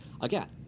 again